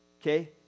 okay